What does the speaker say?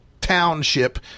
township